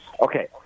Okay